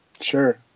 sure